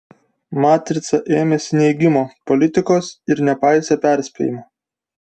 matrica ėmėsi neigimo politikos ir nepaisė perspėjimo